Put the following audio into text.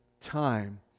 time